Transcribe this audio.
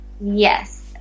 Yes